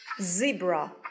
zebra